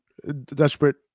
Desperate